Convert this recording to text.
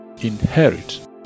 inherit